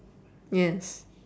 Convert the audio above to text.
yes